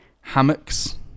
Hammocks